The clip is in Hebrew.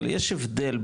אבל יש הבדל,